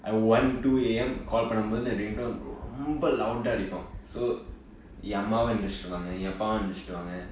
one two am call பன்னும்போது:pannumbothu ringtone ரொம்ப:romba loud அடிக்கும்:adikkum so என் அம்மாவும் எந்திருச்சிருவாங்க என் அப்பாவும் எந்திருச்சிருவாங்க:yen ammavum endirichuiruvaanga yen appavum endirichiruvaanga